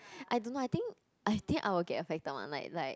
I don't know I think I think I will get affected one like like